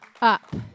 up